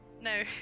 No